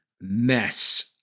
mess